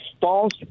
false